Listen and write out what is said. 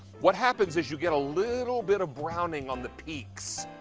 what happens is you get a little bit of brown on the peaks.